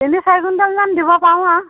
তিনি চাৰি কুইণ্টেলমান দিব পাৰোঁ আ